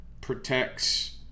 protects